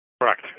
Correct